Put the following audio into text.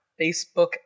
Facebook